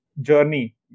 journey